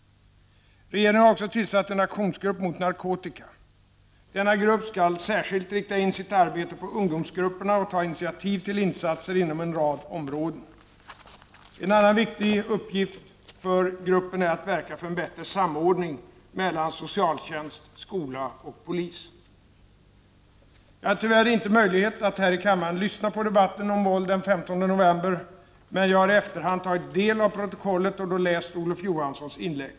Regeringen har också tillsatt en aktionsgrupp mot narkotika. Denna grupp skall särskilt rikta in sitt arbete på ungdomsgrupperna och ta initiativ till insatser inom en rad områden. En annan viktig uppgift för gruppen är att verka för bättre samordning mellan socialtjänst, skola och polis. Jag hade tyvärr inte möjlighet att här i kammaren lyssna på debatten om våld den 15 november, men jag har i efterhand tagit del av protokollet och då också läst Olof Johanssons inlägg.